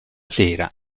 sera